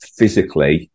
physically